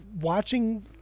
watching